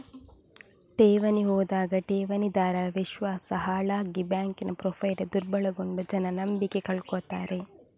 ಠೇವಣಿ ಹೋದಾಗ ಠೇವಣಿದಾರರ ವಿಶ್ವಾಸ ಹಾಳಾಗಿ ಬ್ಯಾಂಕಿನ ಪ್ರೊಫೈಲು ದುರ್ಬಲಗೊಂಡು ಜನ ನಂಬಿಕೆ ಕಳ್ಕೊತಾರೆ